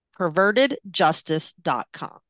pervertedjustice.com